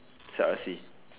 short R_C